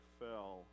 fell